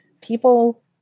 people